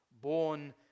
born